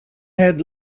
had